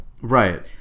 Right